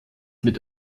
mit